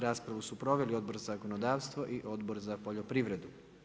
Raspravu su proveli Odbor za zakonodavstvo i Odbor za poljoprivredu.